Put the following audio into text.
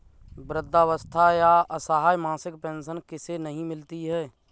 वृद्धावस्था या असहाय मासिक पेंशन किसे नहीं मिलती है?